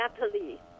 Natalie